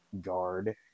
guard